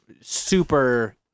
super